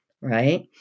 right